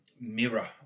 mirror